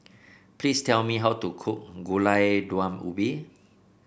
please tell me how to cook Gulai Daun Ubi